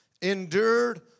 endured